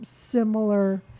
similar